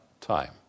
time